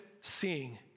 seeing